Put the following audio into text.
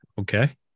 Okay